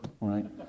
right